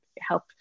help